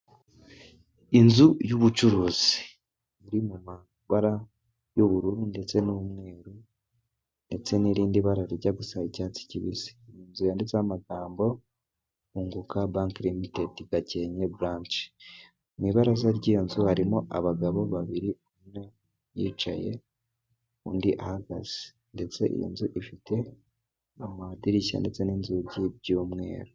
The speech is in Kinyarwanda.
Inzu y'ubucuruzi iri mu mabara y'ubururu ndetse n'umweru, ndetse n'irindi bara rijya gusa icyatsi kibisi. Inzu yanditseho amagambo "Unguka Banke Limitedi, Gakenke Baranshe". Mu ibaraza ry'iyo nzu, harimo abagabo babiri, umwe aricaye, undi arahagaze, ndetse iyo nzu ifite amadirishya, ndetse n'inzugi by'umweru.